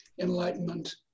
enlightenment